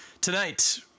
tonight